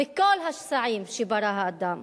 וכל השסעים שברא האדם,